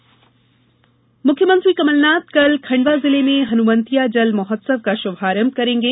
हनुमंतिया महोत्सव मुख्यमंत्री कमलनाथ कल खंडवा जिले में हनुवंतिया जल महोत्सव का श्भारंभ करेंगे